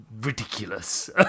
ridiculous